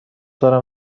دارم